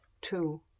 Two